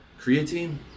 creatine